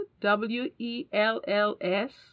W-E-L-L-S